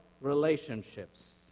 relationships